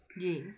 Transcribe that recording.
Yes